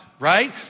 Right